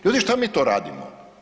Ljudi, šta mi to radimo?